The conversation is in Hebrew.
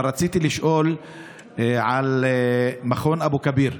אבל רציתי לשאול על מכון אבו כביר.